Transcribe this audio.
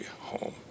home